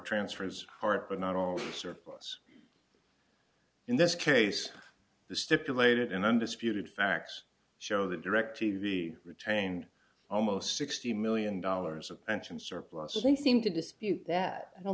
transfers part but not all of the surplus in this case the stipulated and undisputed facts show that directv retain almost sixty million dollars of pension surpluses they seem to dispute that i don't